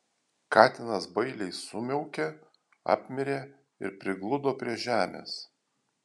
katinas bailiai sumiaukė apmirė ir prigludo prie žemės